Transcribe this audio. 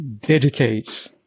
dedicate